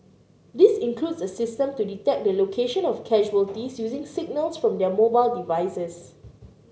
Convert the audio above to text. this includes a system to detect the location of casualties using signals from their mobile devices